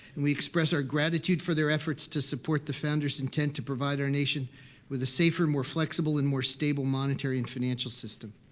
and we express our gratitude for their efforts to support the founders' intent to provide our nation with a safer, more flexible, and more stable monetary and financial system.